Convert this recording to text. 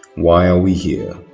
why are we here?